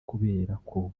kuberako